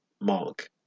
Mark